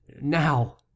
Now